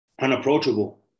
unapproachable